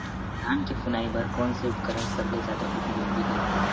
धान के फुनाई बर कोन से उपकरण सबले जादा उपयोगी हे?